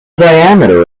diameter